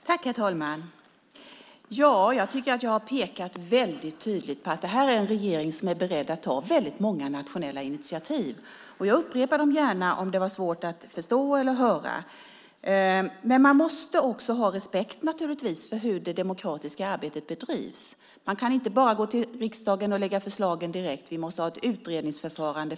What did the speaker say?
Herr talman! Jag tycker att jag har pekat väldigt tydligt på att det här är en regering som är beredd att ta väldigt många nationella initiativ, och jag upprepar dem gärna om det var svårt att förstå eller höra. Men man måste naturligtvis ha respekt för hur det demokratiska arbetet bedrivs. Vi kan inte bara gå till riksdagen och lägga fram förslagen direkt, utan vi måste först ha ett utredningsförfarande.